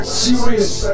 serious